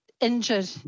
injured